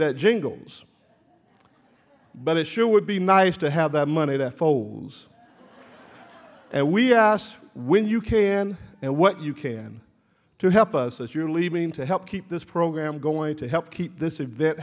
that jingles but it sure would be nice to have that money that folds and we asked when you can and what you can to help us as you are leaving to help keep this program going to help keep this event